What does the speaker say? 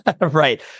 right